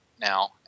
now